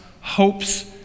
hopes